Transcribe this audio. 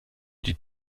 die